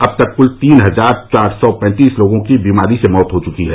अब तक कुल तीन हजार चार सौ पैंतीस लोगों की बीमारी से मौत हो चुकी है